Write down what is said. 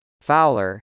Fowler